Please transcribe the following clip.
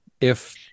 if-